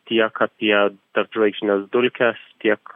tiek apie tarpžvaigždines dulkes tiek